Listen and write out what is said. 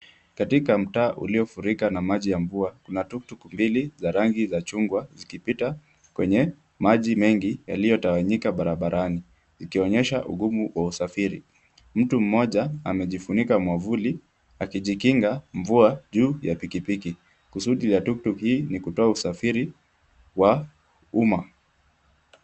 Katika mtaa uliofurika na maji ya mvua, kuna tuktuk mbili za rangi ya chungwa zikipita kwenye maji mengi yaliyotawanyika barabarani zikionyesha ugumu wa usafiri. Mtu mmoja amejifunika mwavuli akijikinga mvua juu ya pikipiki kusudi la tuktuk hii ni kutoa usafiri wa umma.